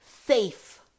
safe